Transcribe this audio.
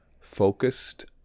focused